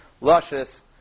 luscious